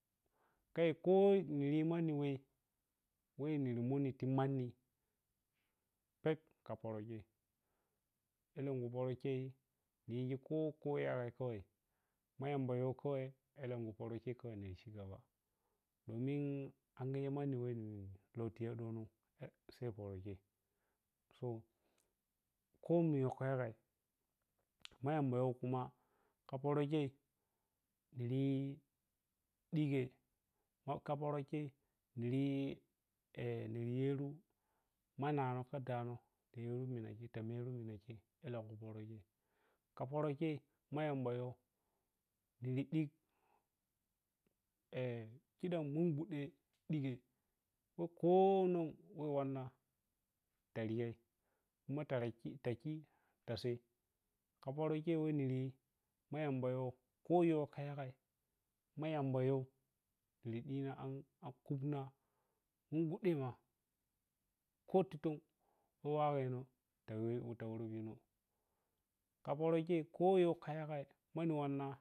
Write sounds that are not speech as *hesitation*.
Khai kho niji manni weh weh nri munni ti manni pep kha pərə khei elenkhu pərə khei ɗiyighi kho kho khayi yagai khawai ma yamba niri cigaba domin angigeh manni weh toh tiyo dono sai pərə khei so kho muyoh kha yagai ma yambayoh khuma kha pərə khei ɗiri yi ɗigai ma kha pərə khei niri *hesitation* yeruh ma nanoh kha ɗanoh ta meruh minah khei alenkhu pərə khei, kha pərə khei ma yambayoh ɗiviɗik *hesitation* khi dam munghuɗe nigai kho nan wanna targhe khuma to khi ta sai, kha pərə khei weh niriyi ma yambayoh kho yoh kha yagai ma yamba yoh biri ɗina an an khupna munduye ma kho titon waghe ta woroh bino kho yoh kha yagai manni wanna.